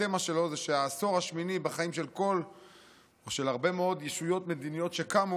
התמה שלו היא שהעשור השמיני בחיים של הרבה מאוד ישויות מדיניות שקמו,